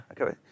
Okay